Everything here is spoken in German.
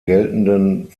geltenden